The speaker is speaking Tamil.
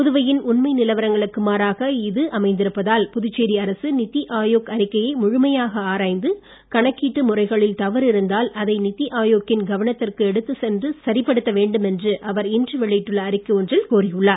புதுவையின் உண்மை நிலவரங்களுக்கு மாறாக இது அமைந்திருப்பதால் புதுச்சேரி அரசு நித்தி ஆயோக் அறிக்கையை முழுமையாக ஆராய்ந்து கணக்கீட்டு முறைகளில் தவறு இருந்தால் அதை நித்தி ஆயோக் கின் கவனத்திற்கு எடுத்துச் சென்று சரிப்படுத்த வேண்டும் என்று அவர் இன்று வெளியிட்டுள்ள அறிக்கை ஒன்றில் கோரியுள்ளார்